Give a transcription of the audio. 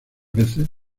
veces